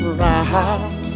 round